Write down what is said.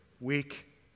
week